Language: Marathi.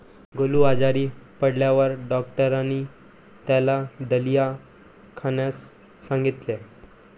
गोलू आजारी पडल्यावर डॉक्टरांनी त्याला दलिया खाण्यास सांगितले